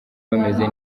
bameze